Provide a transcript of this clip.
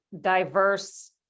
diverse